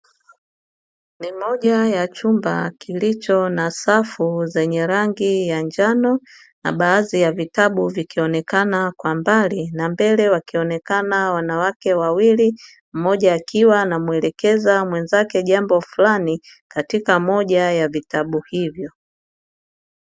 Ni moja ya chumba kilicho na safu zenye rangi ya njano na baadhi ya vitabu vikionekana kwa mbali na mbele wakionekana wanawake wawili mmoja akiwa na mwelekeza mwenzake jambo fulani katika moja ya vitabu hivyo.